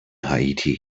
haiti